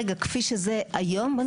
רגע, כפי שזה היום בנוסח?